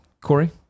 Corey